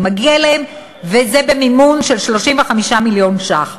זה מגיע להם, וזה במימון של 35 מיליון שקל.